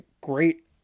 great